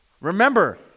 Remember